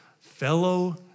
fellow